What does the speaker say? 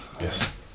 Yes